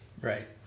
Right